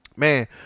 man